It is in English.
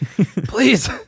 please